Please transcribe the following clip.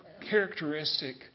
characteristic